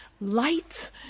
light